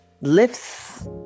lifts